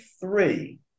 three